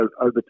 over